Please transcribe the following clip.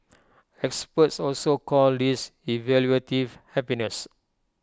experts also call this evaluative happiness